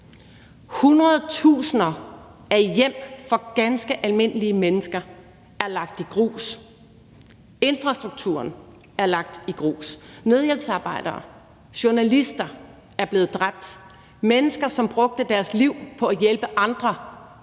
tusinder af hjem for ganske almindelige mennesker er lagt i grus. Infrastrukturen er lagt i grus. Nødhjælpsarbejdere og journalister er blevet dræbt; mennesker, som brugte deres liv på at hjælpe andre